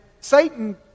Satan